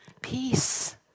Peace